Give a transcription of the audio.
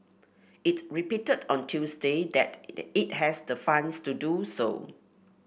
it repeated on Tuesday that it has the funds to do so